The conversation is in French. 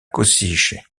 košice